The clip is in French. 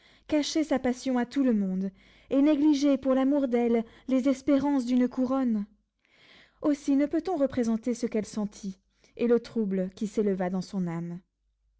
cachait sa passion à tout le monde et négligeait pour l'amour d'elle les espérances d'une couronne aussi ne peut-on représenter ce qu'elle sentit et le trouble qui s'éleva dans son âme